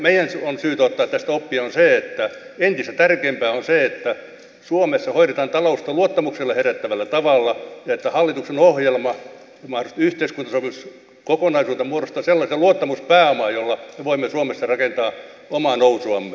meidän on syytä ottaa tästä oppia ja se on se että entistä tärkeämpää on se että suomessa hoidetaan taloutta luottamusta herättävällä tavalla ja että hallituksen ohjelma ja mahdollisesti yhteiskuntasopimus kokonaisuutena muodostavat sellaisen luottamuspääoman jolla me voimme suomessa rakentaa omaa nousuamme